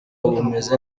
umeze